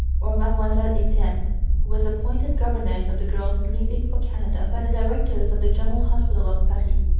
or mademoiselle etienne, who was appointed governess of the girls leaving for canada by the directors of the general hospital of paris.